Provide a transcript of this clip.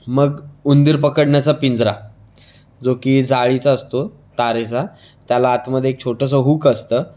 मग उंदीर पकडण्याचा पिंजरा जो की जाळीचा असतो तारेचा त्याला आतमध्ये एक छोटंसं हुक असतं